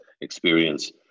experience